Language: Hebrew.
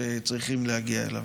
שצריכים להגיע אליו.